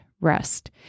rest